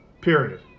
Period